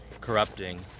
corrupting